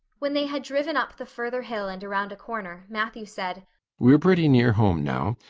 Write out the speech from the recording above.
when they had driven up the further hill and around a corner matthew said we're pretty near home now.